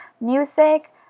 music